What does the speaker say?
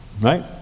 right